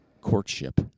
courtship